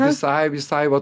visai visai va